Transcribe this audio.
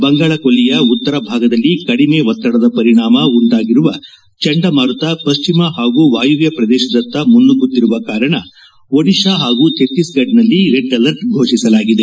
ಬಂಗಾಳಕೊಲ್ಲಿಯ ಉತ್ತರ ಭಾಗದಲ್ಲಿ ಕಡಿಮೆ ಒತ್ತಡದ ಪರಿಣಾಮ ಉಂಟಾಗಿರುವ ಚಂಡಮಾರುತ ಪಶ್ಚಿಮ ಹಾಗೂ ವಾಯವ್ಯ ಪ್ರದೇಶದತ್ತ ಮುನ್ನುಗ್ಗುತ್ತಿರುವ ಕಾರಣ ಒಡಿಶಾ ಹಾಗೂ ಛತ್ತೀಷ್ಗಢದಲ್ಲಿ ರೆಡ್ ಅಲರ್ಟ್ ಫೋಷಿಸಲಾಗಿದೆ